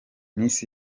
miss